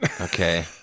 okay